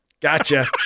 Gotcha